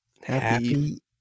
Happy